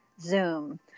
Zoom